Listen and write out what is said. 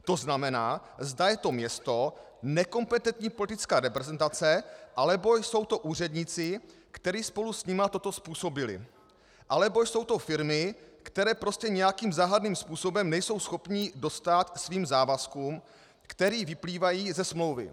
To znamená, zda je to město, nekompetentní politická reprezentace, anebo jsou to úředníci, kteří spolu s nimi toto způsobili, anebo jsou to firmy, které prostě nějakým záhadným způsobem nejsou schopny dostát svým závazkům, které vyplývají ze smlouvy.